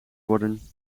worden